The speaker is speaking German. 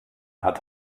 hat